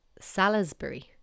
Salisbury